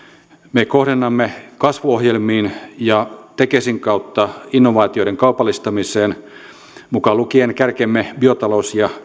me kohdennamme kasvuohjelmiin ja tekesin kautta innovaatioiden kaupallistamiseen mukaan lukien kärkemme biotalous ja